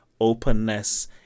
openness